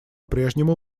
прежнему